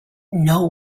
know